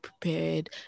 prepared